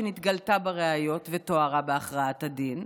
שנתגלתה בראיות ותוארה בהכרעת הדין.